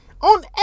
On